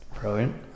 Brilliant